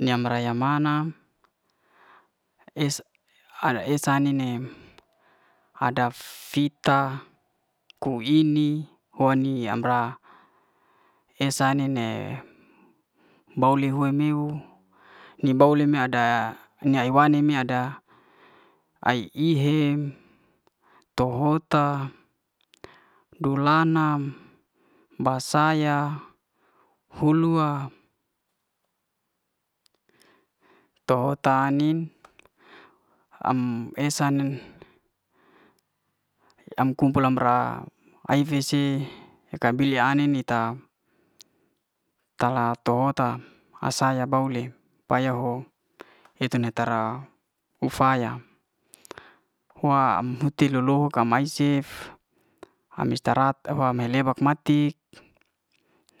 Yam bra'ra ya mana al es ai'nin ne adab fita ku'ini ho ni am bra esa ai'nin ne bo'ly hua meiuw ni bo'ly ada ne me ai wane ada ai'ih hem to ho'ta, dul la'nam, ba saya, hul'wa to ho ta nim am esa nen, am kumpulan bra ai fese ya kabil ai'nin ita tala to ho'ta asaya bou'ly paya ho ete ne tra efaya wa am huti le'loho ka mae cef am istarahat am helebat matik